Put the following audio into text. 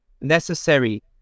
necessary